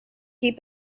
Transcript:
keep